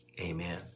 Amen